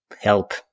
help